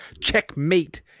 Checkmate